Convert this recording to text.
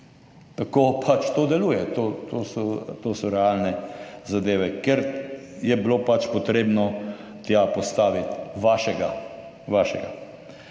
Tako pač to deluje, to so realne zadeve, ker je bilo pač potrebno tja postaviti vašega.